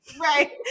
Right